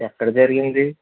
ఎక్కడ జరిగింది